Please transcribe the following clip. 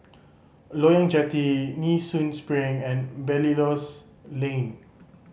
Loyang Jetty Nee Soon Spring and Belilios Lane